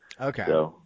Okay